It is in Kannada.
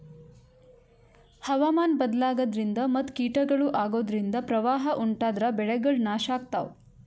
ಹವಾಮಾನ್ ಬದ್ಲಾಗದ್ರಿನ್ದ ಮತ್ ಕೀಟಗಳು ಅಗೋದ್ರಿಂದ ಪ್ರವಾಹ್ ಉಂಟಾದ್ರ ಬೆಳೆಗಳ್ ನಾಶ್ ಆಗ್ತಾವ